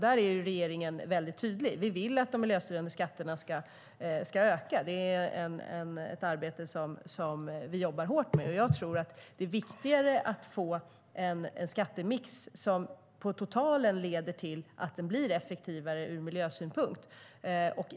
Där är regeringen väldigt tydlig. Vi vill att de miljöstyrande skatterna ska öka, och det jobbar vi hårt med. Jag tror att det är viktigare att få en skattemix som i totalen leder till att det blir effektivare ur miljösynpunkt.